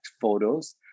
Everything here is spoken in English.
photos